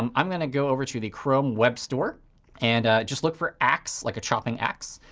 um i'm going to go over to the chrome web store and just look for axe, like a chopping axe.